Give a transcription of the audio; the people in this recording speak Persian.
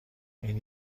این